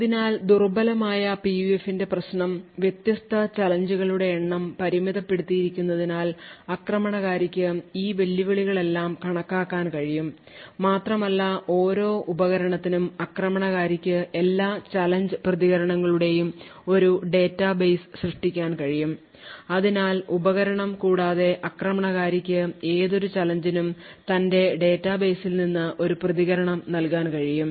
അതിനാൽ ദുർബലമായ PUF ന്റെ പ്രശ്നം വ്യത്യസ്ത ചാലഞ്ച്കളുടെ എണ്ണം പരിമിതപ്പെടുത്തിയിരിക്കുന്നതിനാൽ ആക്രമണകാരിക്ക് ഈ വെല്ലുവിളികളെല്ലാം കണക്കാക്കാൻ കഴിയും മാത്രമല്ല ഓരോ ഉപകരണത്തിനും ആക്രമണകാരിക്ക് എല്ലാ ചലഞ്ച് പ്രതികരണ ജോഡികളുടെയും ഒരു ഡാറ്റാബേസ് സൃഷ്ടിക്കാൻ കഴിയും അതിനാൽ ഉപകരണം കൂടാതെ ആക്രമണകാരിക്ക് ഏതൊരു ചാലഞ്ച് നും തന്റെ ഡാറ്റാബേസിൽ നിന്ന് ഒരു പ്രതികരണം നൽകാൻ കഴിയും